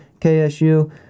KSU